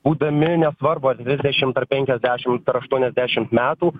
būdami nesvarbu ar trisdešimt ar penkiasdešimt ar aštuoniasdešimt metų